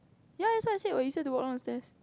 ya that's what I said what you said to walk down the stairs